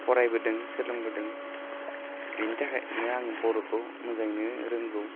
फरायबोदों सोलोंबोदों बेनि थाखायनो आं बर'खौ मोजाङैनो रोंगौ